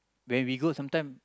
when we go sometime